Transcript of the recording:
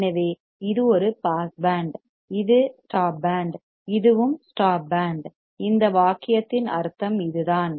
எனவே இது ஒரு பாஸ் பேண்ட் இது ஸ்டாப் பேண்ட் இதுவும் ஸ்டாப் பேண்ட் இந்த வாக்கியத்தின் அர்த்தம் இதுதான்